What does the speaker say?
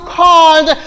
called